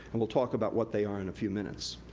and we'll talk about what they are in a few minutes,